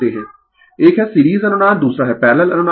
Refer slide Time 1947 एक है series अनुनाद दूसरा है पैरलल अनुनाद